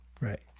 right